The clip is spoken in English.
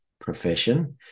Profession